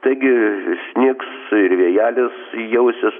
taigi snigs ir vėjelis jausis